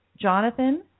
Jonathan